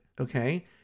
okay